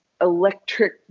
electric